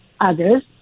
others